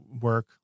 work